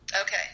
okay